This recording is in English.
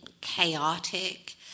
chaotic